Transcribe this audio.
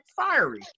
fiery